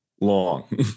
long